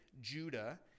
Judah